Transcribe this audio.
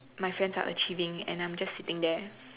my friends are achieving and I'm just sitting there